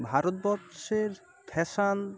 ভারতবর্ষের ফ্যাশন